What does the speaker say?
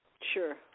Sure